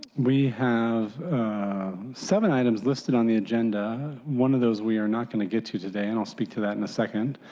we have seven items listed on the agenda, one of those we are not going to get to today, i will speak to that in a second.